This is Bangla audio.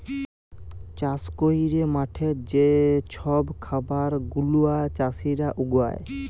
চাষ ক্যইরে মাঠে যে ছব খাবার গুলা চাষীরা উগায়